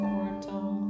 portal